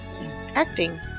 acting